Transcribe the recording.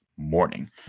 Morning